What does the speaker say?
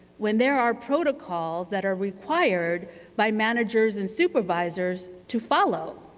when there are protocols that are required by managers and supervisors to follow.